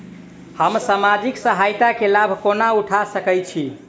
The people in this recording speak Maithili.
हम सामाजिक सहायता केँ लाभ कोना उठा सकै छी?